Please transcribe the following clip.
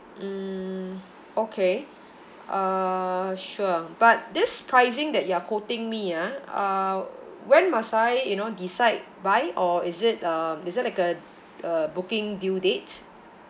mm okay uh sure but this pricing that you're quoting me ah uh when must I you know decide by or is it um is there like a a booking due date